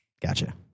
Gotcha